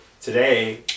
Today